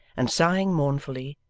and sighing mournfully,